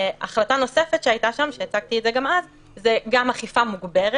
החלטה נוספת שהייתה שם הצגתי את זה גם אז זה גם אכיפה מוגברת